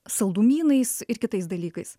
saldumynais ir kitais dalykais